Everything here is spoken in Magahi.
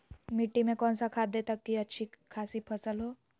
मिट्टी में कौन सा खाद दे की अच्छी अच्छी खासी फसल हो?